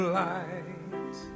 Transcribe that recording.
light